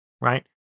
Right